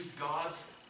God's